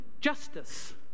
justice